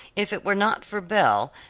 if it were not for belle,